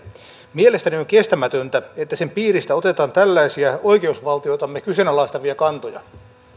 mielestäni on kestämätöntä että sen piiristä otetaan tällaisia oikeusvaltiotamme kyseenalaistavia kantoja